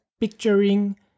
picturing